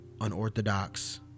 unorthodox